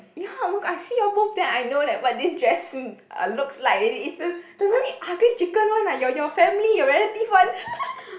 ya oh my god I see you all both then I know that what this dress looks like already it's the the very ugly chicken one ah your your family your relative one